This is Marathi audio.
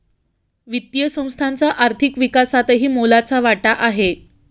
वित्तीय संस्थांचा आर्थिक विकासातही मोलाचा वाटा आहे